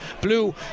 blue